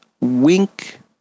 Wink